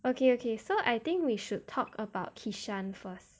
okay okay so I think we should talk about kishan first